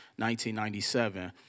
1997